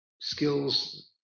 skills